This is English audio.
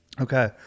Okay